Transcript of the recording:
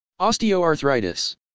Osteoarthritis